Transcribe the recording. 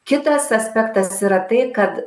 kitas aspektas yra tai kad